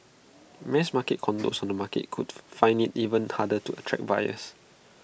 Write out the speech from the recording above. mass market condos on the market could find IT even harder to attract buyers